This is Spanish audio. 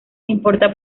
importa